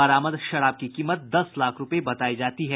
बरामद शराब की कीमत दस लाख रूपये बतायी जाती है